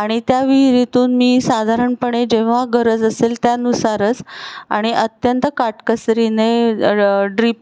आणि त्या विहिरीतून मी साधारणपणे जेव्हा गरज असेल त्यानुसारच आणि अत्यंत काटकसरीने ड्रीप